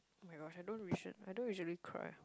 oh-my-gosh I don't usua~ I don't usually cry